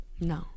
no